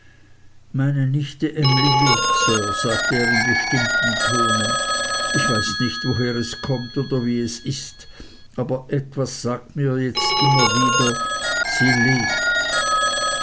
meine nichte emly lebt sir sagte er in bestimmtem tone ich weiß nicht woher es kommt oder wie es ist aber etwas sagt mir jetzt wieder sie lebt